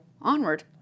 onward